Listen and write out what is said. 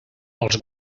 els